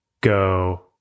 go